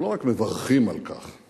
אנחנו לא רק מברכים על כך,